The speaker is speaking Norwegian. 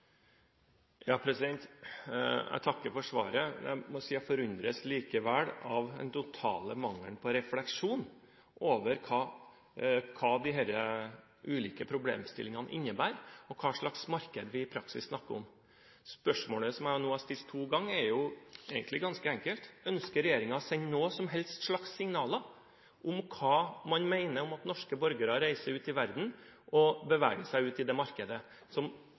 Jeg takker for svaret. Jeg forundres likevel over den totale mangelen på refleksjon over hva disse ulike problemstillingene innebærer, om hva slags marked vi i praksis snakker om. Spørsmålet som jeg nå har stilt to ganger, er egentlig ganske enkelt: Ønsker regjeringen seg noen som helst slags signaler om hva man mener om at norske borgere reiser ut i verden og beveger seg ut i det markedet – som